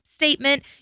Statement